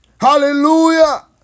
Hallelujah